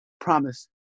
promise